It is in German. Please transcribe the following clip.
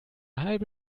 halbe